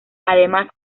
además